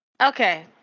Okay